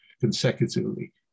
consecutively